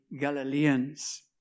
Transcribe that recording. Galileans